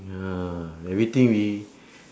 ya everything we